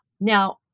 now